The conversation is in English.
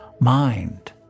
mind